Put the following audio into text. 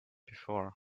before